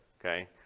Okay